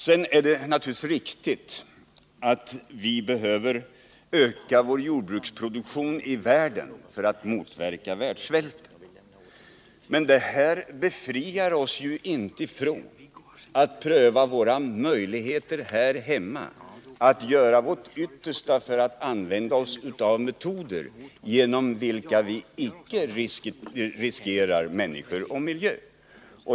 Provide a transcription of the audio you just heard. Sedan är det naturligtvis riktigt att livsmedelsproduktionen måste öka i världen för att motverka svälten. Men detta befriar oss inte från att pröva våra möjligheter här hemma, att göra vårt yttersta för att använda metoder, genom vilka vi icke riskerar skador för människor och miljö.